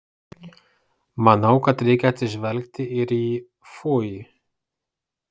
manau kad reikia atsižvelgti ir į fui